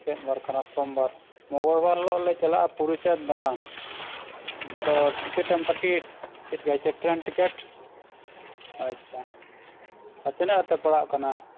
ᱪᱮᱫ ᱵᱟᱨ ᱠᱟᱱᱟ ᱥᱳᱢᱵᱟᱨ ᱢᱚᱝᱜᱚᱞ ᱵᱟᱨ ᱦᱤᱞᱳᱜ ᱞᱮ ᱪᱟᱞᱟᱜᱼᱟ ᱯᱩᱨᱤᱥᱮᱫ ᱫᱟᱬᱟᱱ ᱟᱫᱚ ᱴᱤᱠᱤᱴ ᱮᱢ ᱠᱟᱴᱤᱭᱮᱫ ᱪᱮᱫ ᱴᱨᱮᱹᱱ ᱴᱤᱠᱤᱴ ᱟᱪᱪᱷᱟ ᱛᱤᱱᱟᱹᱜ ᱠᱟᱛᱮᱫ ᱯᱟᱲᱟᱜ ᱠᱟᱱᱟ